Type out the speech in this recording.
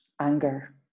anger